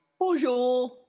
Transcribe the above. Bonjour